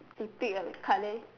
eh pick a card leh